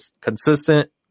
consistent